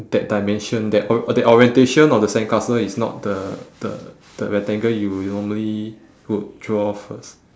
that dimension that or~ that orientation of the sandcastle is not the the the rectangle you normally would draw first